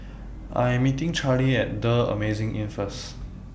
I Am meeting Charlie At The Amazing Inn First